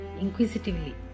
inquisitively